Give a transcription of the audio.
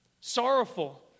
Sorrowful